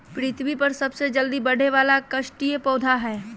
पृथ्वी पर सबसे जल्दी बढ़े वाला काष्ठिय पौधा हइ